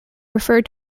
refer